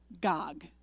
Gog